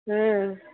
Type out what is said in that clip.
ம்